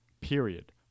Period